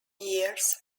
years